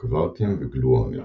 – קווארקים וגלואונים.